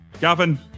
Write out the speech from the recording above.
Gavin